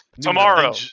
tomorrow